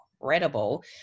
incredible